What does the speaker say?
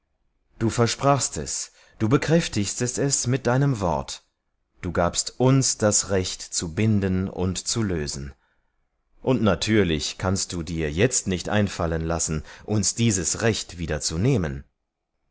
du hast es uns versprochen du hast es mit deinen eigenen worten bekräftigt du hast uns das recht gegeben zu binden und zu lösen darum darf dir jetzt auch nicht einmal der gedanke kommen uns dieses recht